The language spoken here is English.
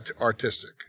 artistic